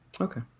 okay